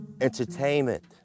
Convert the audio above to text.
entertainment